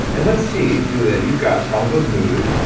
and let's see, julia, you've got problems with mood,